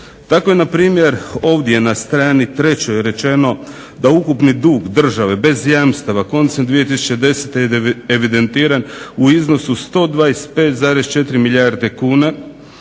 Dakle, na primjer ovdje na strani 3. je rečeno da ukupni dug države bez jamstava koncem 2010. je evidentiran u iznosu 125,4 milijarde kuna,